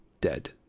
Dead